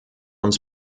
uns